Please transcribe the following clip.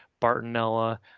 Bartonella